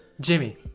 Jimmy